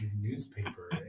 newspaper